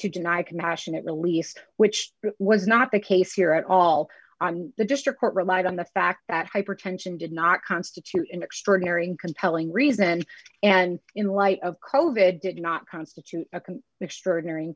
to deny compassionate release which was not the case here at all the district court relied on the fact that hypertension did not constitute an extraordinary and compelling reason and in light of code it did not constitute a can an extraordinary